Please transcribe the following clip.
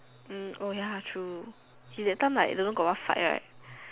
mm oh ya true see that time like don't know got what fight right